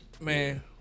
man